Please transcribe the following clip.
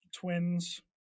twins